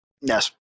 Yes